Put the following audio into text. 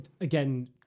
again